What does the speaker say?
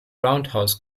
roundhouse